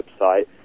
website